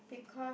because